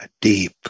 deep